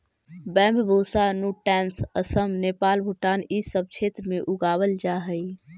Bambusa nutans Assam, Nepal, Bhutan इ सब क्षेत्र में उगावल जा हई